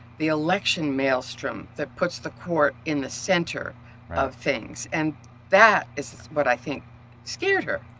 the election maelstrom that puts the court in the center of things and that is what i think scared her.